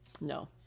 no